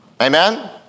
Amen